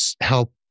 help